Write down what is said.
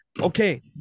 Okay